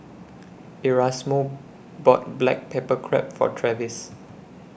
Erasmo bought Black Pepper Crab For Travis